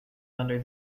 under